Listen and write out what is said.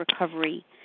recovery